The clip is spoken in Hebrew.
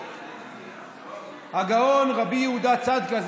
אני רוצה ברשותכם לספר סיפור על הגאון רבי יהודה צדקה,